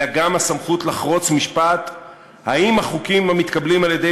אלא גם הסמכות לחרוץ משפט האם החוקים המתקבלים על-ידי